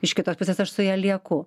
iš kitos pusės aš su ja lieku